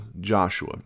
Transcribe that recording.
Joshua